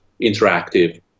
interactive